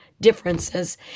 differences